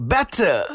Better